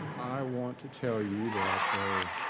i want to tell you that of